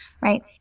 right